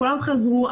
כולם חזרו,